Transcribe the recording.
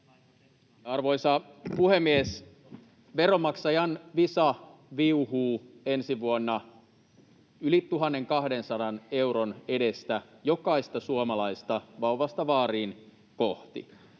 Arvoisa puhemies! Veronmaksajan Visa viuhuu ensi vuonna yli 1 200 euron edestä jokaista suomalaista kohti vauvasta vaariin.